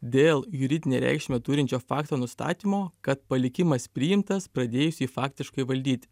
dėl juridinę reikšmę turinčio fakto nustatymo kad palikimas priimtas pradėjus jį faktiškai valdyti